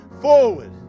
forward